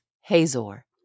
Hazor